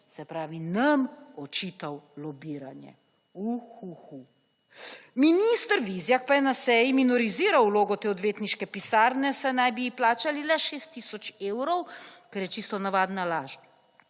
se pravi nam očital lobiranje, u hu hu. Minister Vizjak pa je na seji minoriziral vlogo te odvetniške pisarne, saj naj bi jih plačali le 6000 evrov, kar je čisto navadna laž,